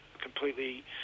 completely